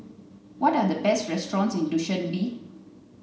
what are the best restaurants in Dushanbe